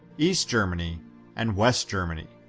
east germany and west germany.